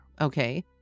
Okay